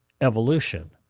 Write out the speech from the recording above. evolution